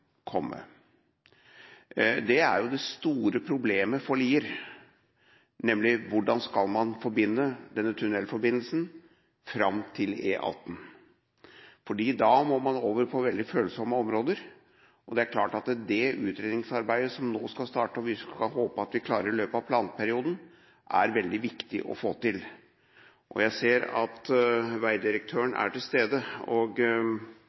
komme. Det er det store problemet for Lier, nemlig hvordan man skal føre denne tunnelforbindelsen fram til E18. Da må man over på veldig følsomme områder. Det er klart at det utredningsarbeidet som nå skal starte, er veldig viktig å få til, og vi håper at vi klarer det i løpet av planperioden. Jeg ser at